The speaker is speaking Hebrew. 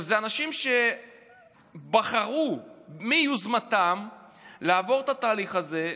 אלה אנשים שבחרו מיוזמתם לעבור את התהליך הזה,